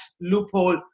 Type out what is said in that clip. loophole